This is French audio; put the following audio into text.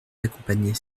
d’accompagner